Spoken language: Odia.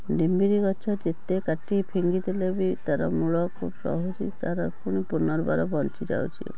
ଡିମ୍ବିରିଗଛ ଯେତେ କାଟି ଫିଙ୍ଗିଦେଲେ ବି ତାହାର ମୂଳ କେଉଁଠି ରହୁଛି ତାହାର ପୁଣି ପୁର୍ନବାର ବଞ୍ଚିଯାଉଛି